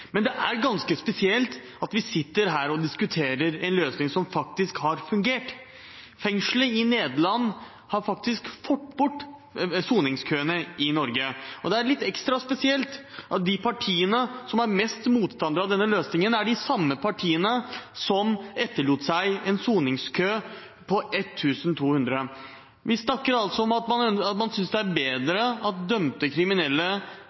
Men det er ganske spesielt at vi sitter her og diskuterer en løsning som faktisk har fungert. Fengselet i Nederland har fått bort soningskøene i Norge. Det er litt ekstra spesielt at de partiene som er de største motstandere av denne løsningen, er de samme partiene som etterlot seg en soningskø på 1 200. Vi snakker altså om at man synes det er bedre at dømte kriminelle